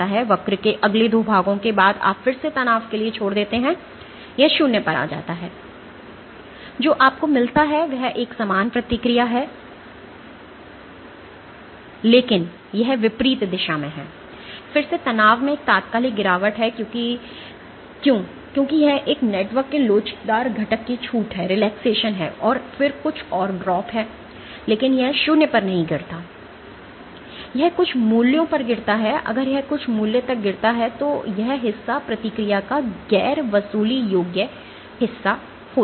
वक्र के अगले 2 भागो के बाद आप फिर से तनाव के लिए छोड़ देते है यह 0 पर जाता है जो आपको मिलता है वह एक समान प्रतिक्रिया है लेकिन यह विपरीत दिशा है फिर से तनाव में एक तात्कालिक गिरावट हैक्यों क्योंकि यह नेटवर्क के लोचदार घटक की छूट है और फिर कुछ और ड्रॉप है लेकिन यह 0 पर नहीं गिरता है यह कुछ मूल्यों पर गिरता है अगर यह कुछ मूल्य तक गिरता है तो यह हिस्सा प्रतिक्रिया का गैर वसूली योग्य हिस्सा है